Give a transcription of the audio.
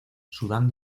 sudán